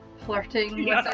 flirting